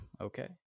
Okay